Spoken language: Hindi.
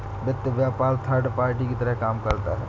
वित्त व्यापार थर्ड पार्टी की तरह काम करता है